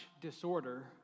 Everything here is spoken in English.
disorder